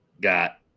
got